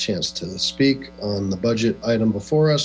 chance to speak on the budget item before